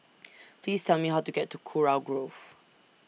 Please Tell Me How to get to Kurau Grove